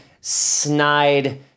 snide